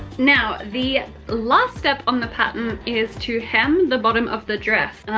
now, the last step on the pattern is to hem the bottom of the dress.